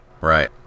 Right